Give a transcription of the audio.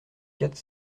quatre